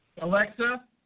Alexa